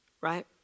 right